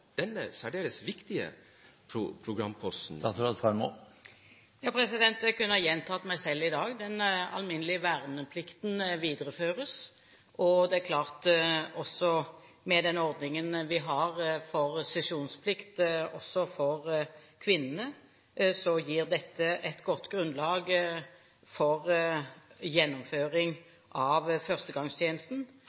denne særdeles viktige programposten? Jeg kunne ha gjentatt meg selv i dag. Den alminnelige verneplikten videreføres. Det er klart, med den ordningen vi har med sesjonsplikt også for kvinnene, at dette gir et godt grunnlag for gjennomføring av førstegangstjenesten.